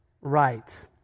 right